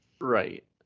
Right